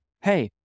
Hey